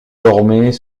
dormait